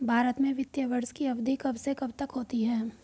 भारत में वित्तीय वर्ष की अवधि कब से कब तक होती है?